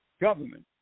government